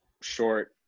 short